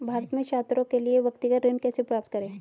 भारत में छात्रों के लिए व्यक्तिगत ऋण कैसे प्राप्त करें?